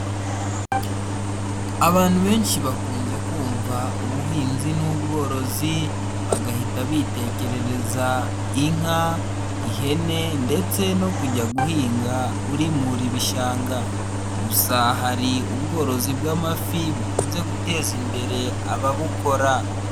Abantu benshi bakunze kumva ubuhinzi n'ubworozi bagahita bitekerereza inka, ihene ndetse no kujya guhinga urimura ibishanga gusa hari ubworozi bw'amafi bukunze guteza imbere ababukora.